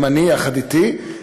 גם אני, יחד אתי.